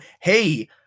hey